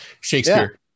Shakespeare